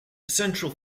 central